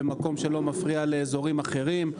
במקום שלא מפריע לאזורים אחרים.